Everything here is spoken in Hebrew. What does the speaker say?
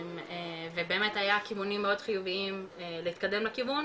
ובאמת היה כיוונים מאוד חיוביים להתקדם בכיוון